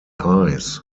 eyes